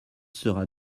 sera